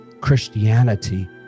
Christianity